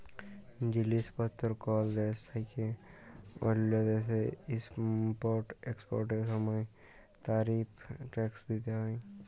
জিলিস পত্তর কল দ্যাশ থ্যাইকে অল্য দ্যাশে ইম্পর্ট এক্সপর্টের সময় তারিফ ট্যাক্স দ্যিতে হ্যয়